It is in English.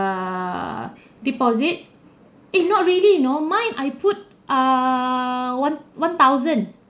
the deposit it's not really you know mine I put err one one thousand